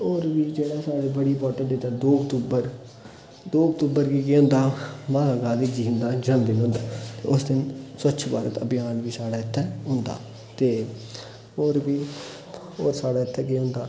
होर बी जेह्ड़े साढ़े बड़ी इम्पोर्टेन्ट डेटां न दो अक्टूबर दो अक्टूबर गी केह् होंदा महात्मा गांधी जी होंदा जन्म दिन होंदा उस दिन स्वच्छ भारत अभियान बी साढ़े इ'त्थें होंदा ते होर बी होर साढ़े इ'त्थें केह् होंदा